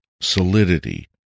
solidity